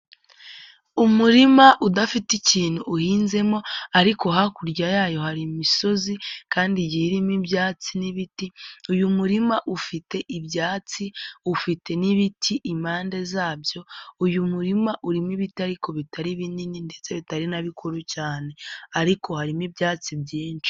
Umurima udafite ikintu uhinzemo ariko hakurya yayo hari imisozi kandi igiye irimo ibyatsi n'ibiti, uyu murima ufite ibyatsi ufite n'ibiti impande zabyo, uyu murima urimo ibiti ariko bitari binini ndetse bitari na bikuru cyane ariko harimo ibyatsi byinshi.